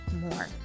more